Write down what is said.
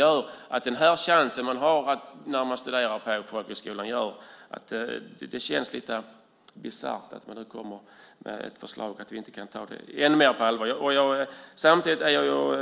När det gäller den chans man har när man studerar på folkhögskolan känns det lite bisarrt att man nu kommer med ett förslag, att vi inte kan ta det på än mer allvar. Samtidigt är jag